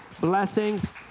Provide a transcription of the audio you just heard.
Blessings